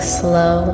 slow